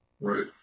right